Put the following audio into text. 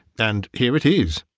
and here it is.